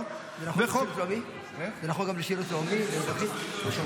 --- זה נכון גם לשירות לאומי ואזרחי?